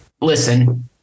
Listen